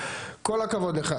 כל הכבוד לך.